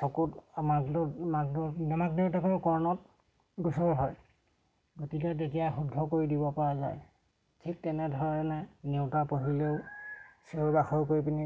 চকুত মাক দেউত মাক দেউতাকৰ কৰ্ণত গোচৰ হয় গতিকে তেতিয়া শুদ্ধ কৰি দিব পৰা যায় ঠিক তেনেধৰণে নেওতা পঢ়িলেও চিঞৰ বাখৰ কৰি পিনি